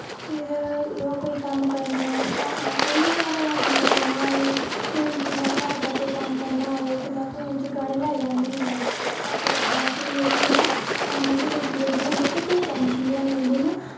फिर जो कोई कम्म करना कोई बी घरा दा करना होऐ हून जिसलै में कोई घरा दा कम्म करना होऐ फोन च गाने लाई लाई लैन्ने होन्नी ऐं फिर मिगी इ'यां कम्म बी जल्दी जल्दी होई जंदा ते टैंशन बी निं होंदी इ'यां